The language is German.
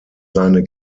seine